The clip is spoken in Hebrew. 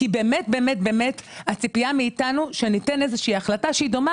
כי הציפייה מאיתנו היא שניתן החלטה שדומה